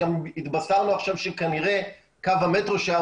גם התבשרנו עכשיו שכנראה קו המטרו שהיה